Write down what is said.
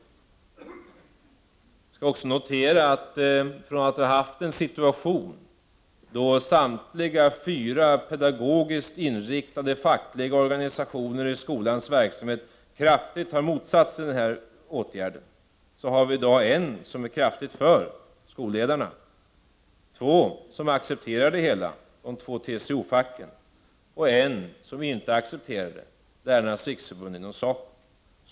Man skall också notera att från att ha haft en situation då samtliga fyra pedagogiskt inriktade fackliga organisationer i skolans verksamhet kraftigt har motsatt sig den här åtgärden, har vi i dag situationen att det är en som är kraftigt för, nämligen skolledarnas organisation, två som accepterar den, nämligen de två TCO-facken, och en som inte accepterar den, Lärarnas riksförbund inom SACO.